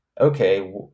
okay